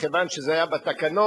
מכיוון שזה היה בתקנות,